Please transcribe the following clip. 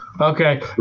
Okay